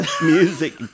music